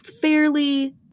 fairly